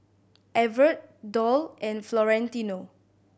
Evertt Doll and Florentino